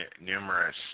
numerous